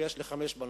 יש לי חמש בנות: